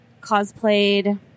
cosplayed